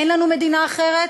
אין לנו מדינה אחרת